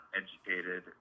educated